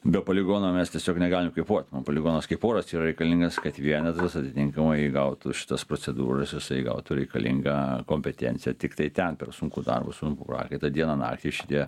be poligono mes tiesiog negalim kvėpuot poligonas kaip oras yra reikalingas kad vienetas atitinkamai įgautų šitas procedūras jisai gautų reikalingą kompetenciją tiktai ten per sunkų darbą sunkų prakaitą dieną naktį šitie